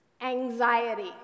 Anxiety